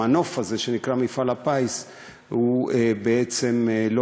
המנוף הזה שנקרא מפעל הפיס בעצם לא